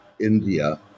India